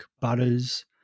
Butters